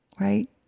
right